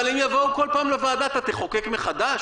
אבל הם יבואו כל פעם לוועדה, אתה תחוקק מחדש?